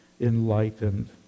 enlightened